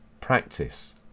practice